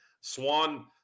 swan